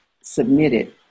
submitted